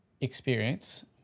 experience